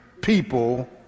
people